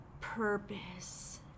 purpose